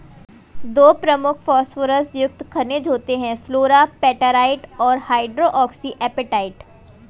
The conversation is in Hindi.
दो प्रमुख फॉस्फोरस युक्त खनिज होते हैं, फ्लोरापेटाइट और हाइड्रोक्सी एपेटाइट